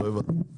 לא הבנתי.